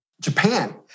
Japan